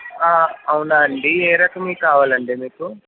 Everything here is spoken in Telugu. అవునా అండి ఏ రకంవి కావాలండి మీకు